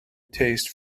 taste